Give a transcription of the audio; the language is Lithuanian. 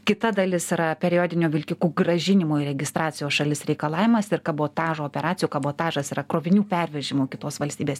kita dalis yra periodinio vilkikų grąžinimo į registracijos šalis reikalavimas ir kabotažo operacijų kabotažas yra krovinių pervežimo kitos valstybės